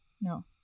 No